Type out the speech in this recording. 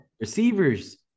Receivers